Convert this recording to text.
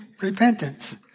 repentance